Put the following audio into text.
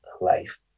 life